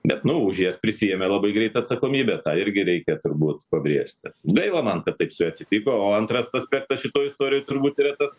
bet nu už jas prisiėmė labai greit atsakomybę tą irgi reikia turbūt pabrėžti gaila man kad taip su ja atsitiko o antras aspektas šitoj istorijoj turbūt yra tas